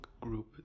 group